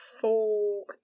four